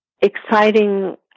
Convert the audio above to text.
exciting